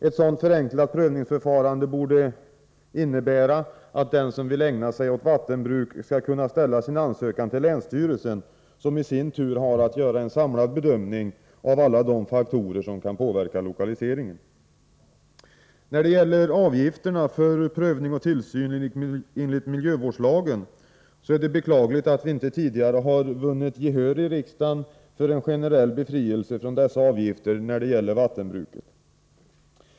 Ett sådant förenklat prövningsförfarande borde innebära att den som vill ägna sig åt vattenbruk skall kunna ställa sin ansökan till länsstyrelsen som i sin tur gör én samlad bedömning av alla de faktorer som kan påverka lokaliseringen. När det gäller avgifterna för prövning och tillsyn enligt miljövårdslagen är det beklagligt att vi inte tidigare vunnit gehör i riksdagen för en generell befrielse från dessa avgifter när det gäller vattenbruket.